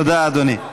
תודה, אדוני.